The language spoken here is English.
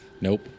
Nope